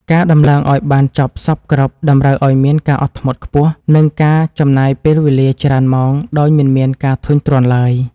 ការដំឡើងឱ្យបានចប់សព្វគ្រប់តម្រូវឱ្យមានការអត់ធ្មត់ខ្ពស់ និងការចំណាយពេលវេលាច្រើនម៉ោងដោយមិនមានការធុញទ្រាន់ឡើយ។